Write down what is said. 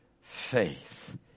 Faith